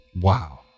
wow